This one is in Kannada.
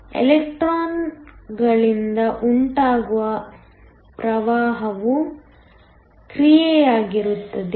ಎಲೆಕ್ಟ್ರಾನ್ಗಳಿಂದ ಉಂಟಾಗುವ ಪ್ರವಾಹವು ದೂರದ ಕ್ರಿಯೆಯಾಗಿರುತ್ತದೆ